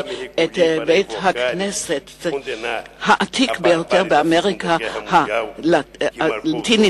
בבית-הכנסת העתיק ביותר באמריקה הלטינית,